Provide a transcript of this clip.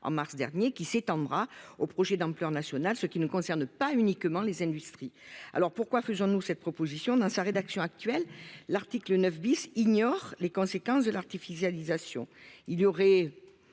en mars dernier qui s'étendra au projet d'ampleur nationale, ce qui nous concerne pas uniquement les industries alors pourquoi faisons-nous cette proposition dans sa rédaction actuelle. L'article 9 bis ignorent les conséquences de l'artificialisation